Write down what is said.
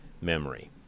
memory